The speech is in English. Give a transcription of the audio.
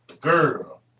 Girl